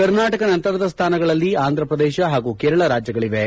ಕರ್ನಾಟಕ ನಂತರದ ಸ್ಥಾನಗಳಲ್ಲಿ ಆಂಧ್ರಪ್ರದೇಶ ಹಾಗೂ ಕೇರಳ ರಾಜ್ಯಗಳಿವೆ